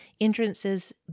entrances